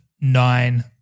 nine